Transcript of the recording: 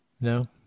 No